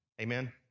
Amen